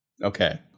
Okay